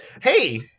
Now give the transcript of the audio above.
Hey